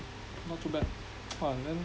not too bad !wah! then